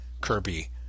Kirby